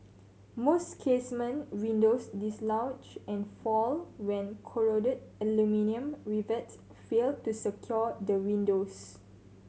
most casement windows dislodge and fall when corroded aluminium rivets fail to secure the windows